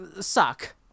suck